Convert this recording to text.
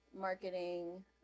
marketing